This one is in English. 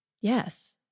Yes